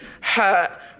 hurt